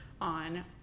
on